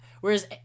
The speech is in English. Whereas